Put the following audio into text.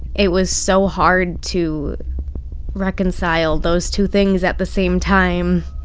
it was so hard to reconcile those two things at the same time.